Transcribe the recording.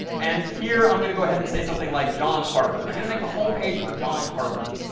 and here, i'm going to go ahead and say something like john harvard. i'm going to make a homepage for john harvard,